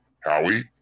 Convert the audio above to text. Howie